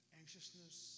anxiousness